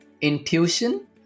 intuition